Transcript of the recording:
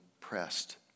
pressed